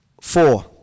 Four